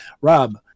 Rob